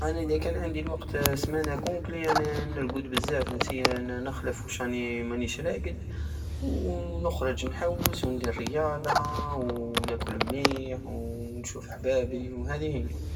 انا ادا كان عندي الوقت سمانة كومبلي انا نرقد بزاف نسي نخلف وش ران- مارانيش راقد ونخرج نحوس وندير رياضة وناكل مليح ونشوف حبابي وهادي هية